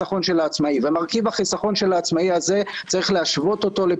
הוא לא צבר יותר מ-42,000 וזה החיסכון שלו,